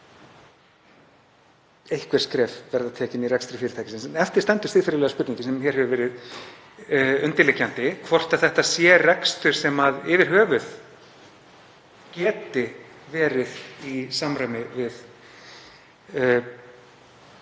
einhver skref verða tekin í rekstri fyrirtækisins. En eftir stendur siðferðilega spurningin sem hér hefur verið undirliggjandi, hvort þetta sé rekstur sem geti yfir höfuð verið í samræmi við